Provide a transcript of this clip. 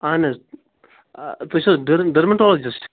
اَہَن حظ تُہۍ چھُ حظ ڈر ڈٔرمَٹالجِسٹہٕ